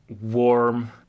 warm